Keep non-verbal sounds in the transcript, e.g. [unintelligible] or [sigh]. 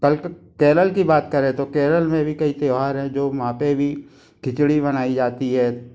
[unintelligible] केरल की बात करें तो केरल में भी कई त्यौहार हैं जो वहाँ पर भी खिचड़ी बनाई जाती है